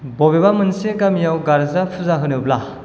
बबेबा मोनसे गामियाव गार्जा फुजा होनोब्ला